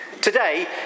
Today